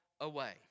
away